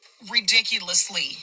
ridiculously